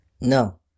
No